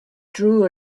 drew